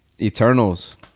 Eternals